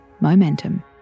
momentum